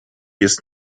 jest